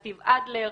סטיב אדלר,